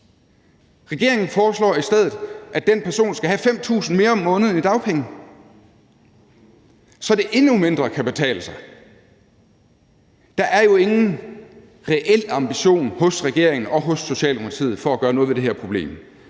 Regeringen foreslår i stedet, at den person skal have 5.000 kr. mere om måneden i dagpenge, så det endnu mindre kan betale sig. Der er jo ingen reel ambition hos regeringen og hos Socialdemokratiet for at gøre noget ved det her problem.